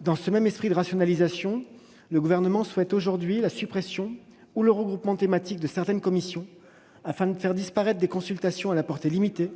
Dans ce même esprit de rationalisation, le Gouvernement souhaite aujourd'hui la suppression ou le regroupement thématique de certaines commissions, afin de faire disparaître des consultations à la portée limitée,